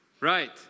Right